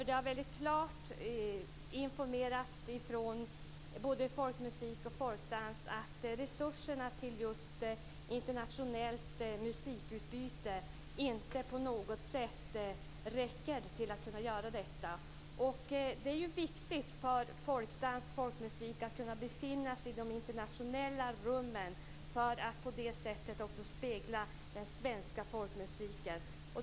Det har väldigt klart informerats från både folkmusik och folkdans att resurserna till just internationellt musikutbyte inte på något sätt räcker till. Och det är ju viktigt för folkdans och folkmusik att kunna befinna sig i de internationella rummen för att på det sättet också spegla den svenska folkmusiken.